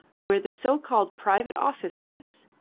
where the so-called private office was,